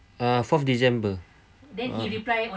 uh fourth december ha